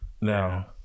now